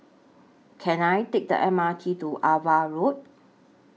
Can I Take The M R T to AVA Road